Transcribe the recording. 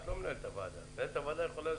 את לא מנהלת הוועדה, מנהלת הוועדה יכולה.